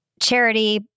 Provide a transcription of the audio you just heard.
charity